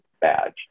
badge